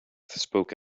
spoke